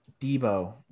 Debo